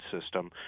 system